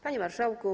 Panie Marszałku!